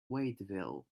waiteville